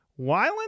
Wyland